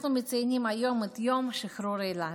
אנחנו מציינים היום את יום שחרור אילת,